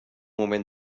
moment